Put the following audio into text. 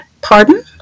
pardon